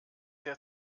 der